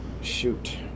shoot